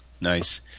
Nice